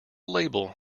label